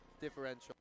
differential